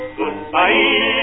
goodbye